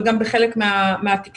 וגם בחלק מהתקשורת,